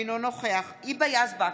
אינו נוכח היבה יזבק,